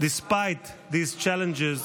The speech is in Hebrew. despite these challenges,